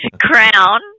crown